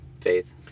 faith